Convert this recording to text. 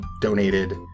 donated